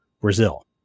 Brazil